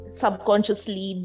subconsciously